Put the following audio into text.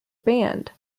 banned